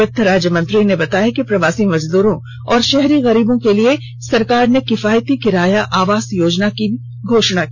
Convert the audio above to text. वित्त राज्य मंत्री ने बताया कि प्रवासी मजदूरों और शहरी गरीबों के लिए सरकार ने किफायती किराया आवास योजना की घोषणा की है